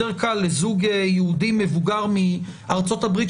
יותר קל לזוג יהודי מבוגר מארצות הברית,